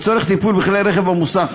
לצורך טיפול בכלי רכב במוסך,